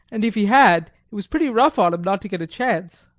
and if he had, it was pretty rough on him not to get a chance.